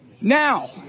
Now